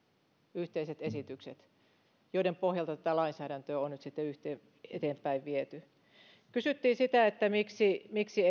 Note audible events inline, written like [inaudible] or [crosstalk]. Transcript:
yhteiset esitykset joiden pohjalta tätä lainsäädäntöä on nyt sitten eteenpäin viety kysyttiin sitä miksi miksi [unintelligible]